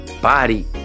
Body